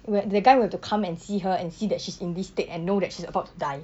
where the guy will have to come and see her and see that she's in this state and know that she's about to die